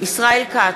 ישראל כץ,